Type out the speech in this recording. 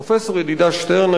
פרופסור ידידיה שטרן,